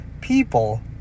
people